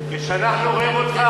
כשאנחנו רואים אותך,